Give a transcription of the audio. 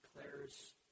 Declares